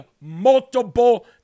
multiple